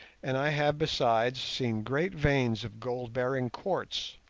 and i have besides seen great veins of gold-bearing quartz.